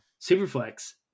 Superflex